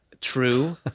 true